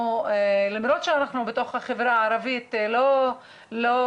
למרות שאנחנו בתוך החברה הערבית לא משתמשים,